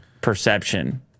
perception